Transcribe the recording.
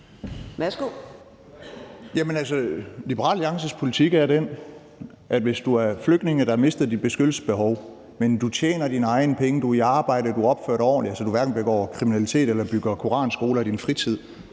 Liberal Alliances politik er den, at hvis du er flygtning, der har mistet dit beskyttelsesbehov, men du tjener dine egne penge, du er i arbejde, du opfører dig ordentligt, så du hverken begår kriminalitet eller bygger koranskoler i din fritid,